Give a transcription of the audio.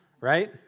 right